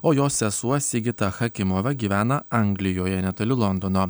o jos sesuo sigita chakimova gyvena anglijoje netoli londono